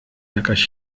jakaś